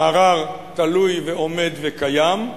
הערר תלוי ועומד וקיים.